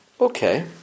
okay